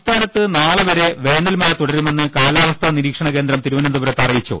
സംസ്ഥാനത്ത് നാളെ വരെ ാവേനൽമഴ തുടരുമെന്ന് കാലാ വസ്ഥാ നിരീക്ഷണ കേന്ദ്രം തിരുവനന്തപുരത്ത് അറിയിച്ചു